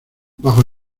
bajo